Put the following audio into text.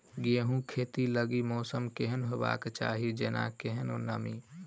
गेंहूँ खेती लागि मौसम केहन हेबाक चाहि जेना केहन नमी?